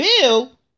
bill